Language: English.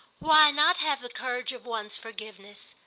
why not have the courage of one's forgiveness,